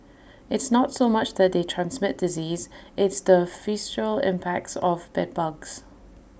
it's not so much that they transmit disease it's the impacts of bed bugs